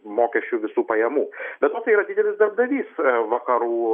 mokesčių visų pajamų be to tai yra didelis darbdavys vakarų